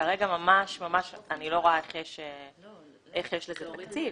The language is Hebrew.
וכרגע ממש ממש אני לא רואה איך יש לזה תקציב.